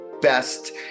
best